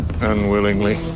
unwillingly